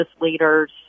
leaders